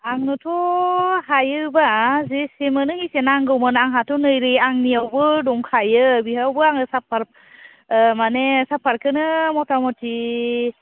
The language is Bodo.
आंनोथ' हायोब्ला जेसे मोनो एसे नांगौमोन आंहाथ' नैबे आंनियावबो दंखायो बेयावबो आङो साफार ओ माने साफारखोनो मथा मथि